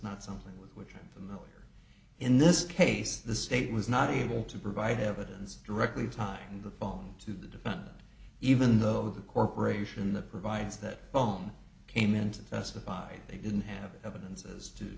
not something with which i'm familiar in this case the state was not able to provide evidence directly tie the phone to the defendant even though the corporation that provides that phone came into testified they didn't have evidence as to